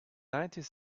nineteen